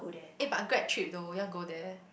eh but Grab cheap though you want to go there